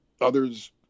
Others